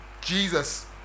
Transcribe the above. Jesus